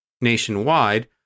Nationwide